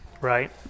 right